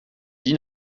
dit